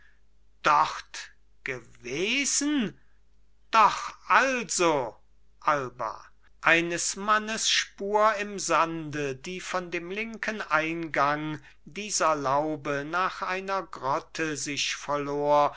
dort gewesen doch also alba eines mannes spur im sande die von dem linken eingang dieser laube nach einer grotte sich verlor